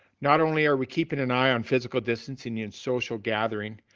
not only are we keeping an eye on physical distancing and social gathering,